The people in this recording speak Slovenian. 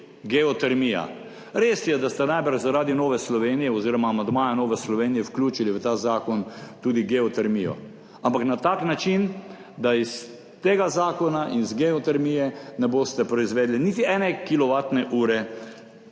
geotermija, res je, da ste najbrž zaradi Nove Slovenije oziroma amandmaja Nove Slovenije vključili v ta zakon tudi geotermijo, ampak na tak način, da iz tega zakona in iz geotermije ne boste proizvedli niti ene kilovatne ure